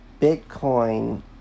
Bitcoin